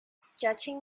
stretching